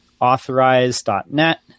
Authorize.net